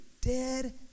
dead